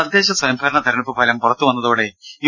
തദ്ദേശ സ്വയംഭരണ തിരഞ്ഞെടുപ്പ് ഫലം പുറത്തുവന്നതോടെ യു